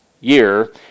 year